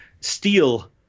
steal